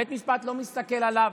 בית משפט לא מסתכל עליו.